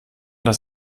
das